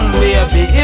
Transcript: baby